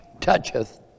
toucheth